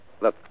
Look